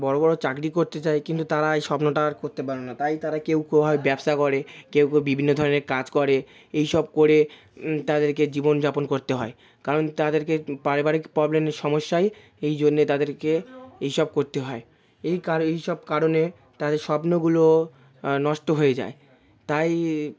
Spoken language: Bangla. বড় বড় চাকরি করতে চায় কিন্তু তারা এই স্বপ্নটা আর করতে পারে না তাই তারা কেউ হয় ব্যবসা করে কেউ কেউ বিভিন্ন ধরনের কাজ করে এই সব করে তাদেরকে জীবন যাপন করতে হয় কারণ তাদেরকে পারিবারিক প্রবলেম সমস্যায় এই জন্যে তাদেরকে এই সব করতে হয় এই এই সব কারণে তাদের স্বপ্নগুলো নষ্ট হয়ে যায় তাই